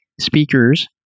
speakers